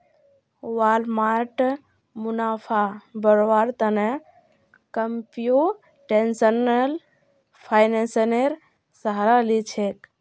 Walmart मुनाफा बढ़व्वार त न कंप्यूटेशनल फाइनेंसेर सहारा ली छेक